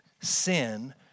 sin